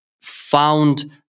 found